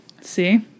See